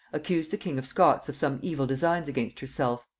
accused the king of scots of some evil designs against herself.